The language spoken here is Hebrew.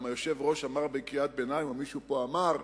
גם היושב-ראש אמר בקריאת ביניים, או מישהו פה אמר,